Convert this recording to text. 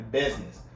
business